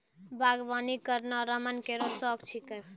बागबानी करना रमन केरो शौक छिकै